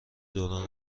دوران